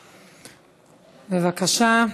בבקשה.